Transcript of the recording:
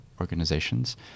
organizations